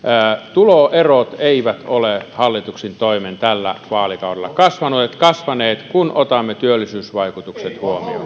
tuloerot eivät ole hallituksen toimin tällä vaalikaudella kasvaneet kasvaneet kun otamme työllisyysvaikutukset huomioon